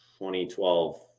2012